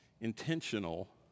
intentional